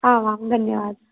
आम् आम् धन्यवादः